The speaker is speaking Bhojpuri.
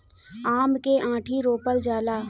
आम के आंठी रोपल जाला